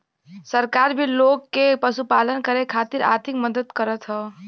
सरकार भी लोग के पशुपालन करे खातिर आर्थिक मदद करत हौ